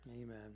Amen